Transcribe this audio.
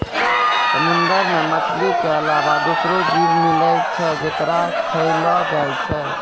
समुंदर मे मछली के अलावा दोसरो जीव मिलै छै जेकरा खयलो जाय छै